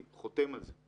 אני חותם על זה.